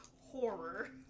horror